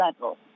level